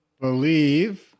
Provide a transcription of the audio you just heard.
Believe